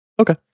Okay